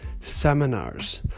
seminars